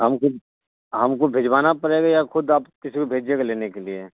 ہم کو ہم کو بھیجوانا پڑے گا یا خود آپ کسی کو بھیجیے گا لینے کے لیے